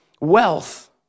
wealth